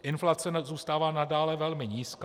Inflace zůstává nadále velmi nízká.